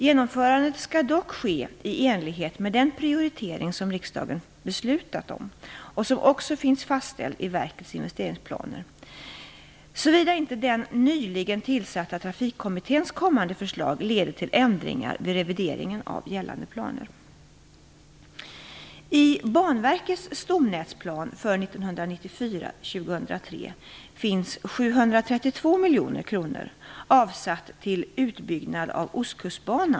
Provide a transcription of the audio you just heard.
Genomförandet skall dock ske i enlighet med den prioritering som riksdagen beslutat och som också finns fastställd i verkets investeringsplaner, såvida inte den nyligen tillsatta trafikkommitténs kommande förslag leder till ändringar vid revideringen av gällande planer.